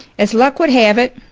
as luck would have it,